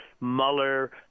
Mueller